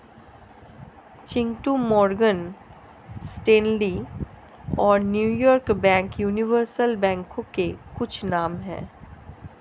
Chintu Morgan Stanley और New York bank universal बैंकों के कुछ नाम है